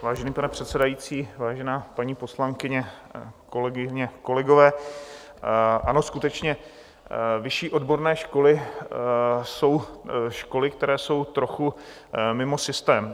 Vážený pane předsedající, vážená paní poslankyně, kolegyně, kolegové, ano, skutečně vyšší odborné školy jsou školy, které jsou trochu mimo systém.